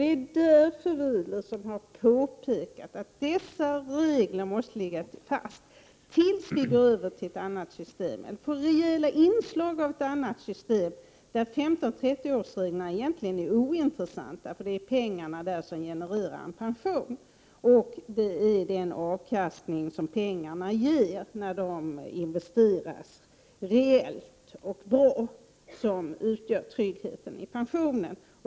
Det är därför vi har påpekat att dessa regler måste ligga fast tills vi går över till ett annat system eller får rejäla inslag av ett annat system, där 15 och 30-årsreglerna egentligen är ointressanta; det är pengarna där som genererar en pension, och det är den avkastning som pengarna ger när de investeras reellt och bra som utgör tryggheten i pensionen.